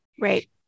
Right